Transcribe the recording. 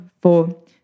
four